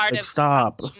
stop